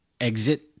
exit